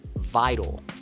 vital